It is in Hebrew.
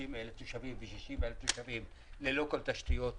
30,000 ו-60,000 תושבים ללא כל תשתיות,